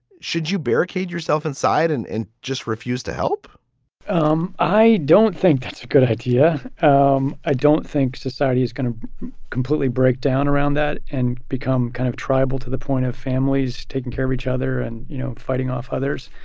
should you barricade yourself inside and and just refuse to help um i don't think that's a good idea. um i don't think society is going to completely break down around that and become kind of tribal to the point of families taking care of each other and, you know, fighting off others.